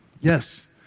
Yes